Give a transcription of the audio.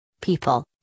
People